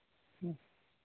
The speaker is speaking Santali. ᱦᱩᱸ